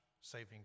saving